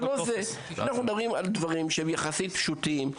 אנחנו מדברים על דברים שהם יחסית פשוטים,